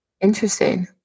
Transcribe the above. Interesting